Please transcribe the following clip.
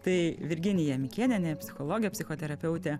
tai virginija mikėnienė psichologė psichoterapeutė